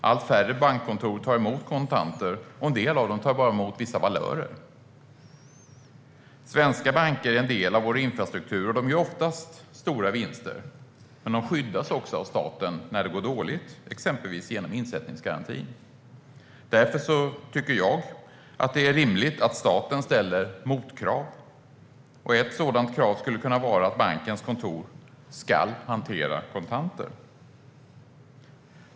Allt färre bankkontor tar emot kontanter, och en del av dem tar bara emot vissa valörer. Svenska banker är en del av vår infrastruktur. De gör oftast stora vinster, men de skyddas också av staten när det går dåligt, exempelvis genom insättningsgarantin. Därför tycker jag att det är rimligt att staten ställer motkrav. Ett sådant krav skulle kunna vara att bankens kontor ska hantera kontanter.